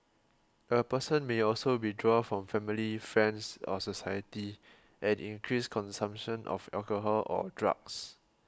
a person may also withdraw from family friends or society and increase consumption of alcohol or drugs